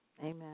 Amen